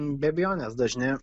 be abejonės dažni